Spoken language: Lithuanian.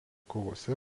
kovose